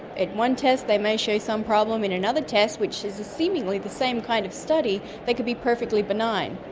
in one test they may show some problem, in another test which is seemingly the same kind of study they can be perfectly benign.